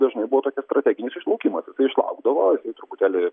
dažnai buvo tokia strateginis išlaukimas jisai išlaukdavo truputėlį